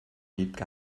wiebke